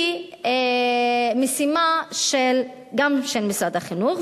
היא משימה גם של משרד החינוך.